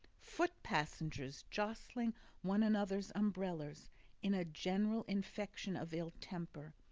foot passengers, jostling one another's umbrellas in a general infection of ill temper,